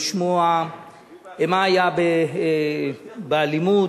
לשמוע מה היה באלימות